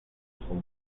fútbol